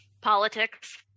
Politics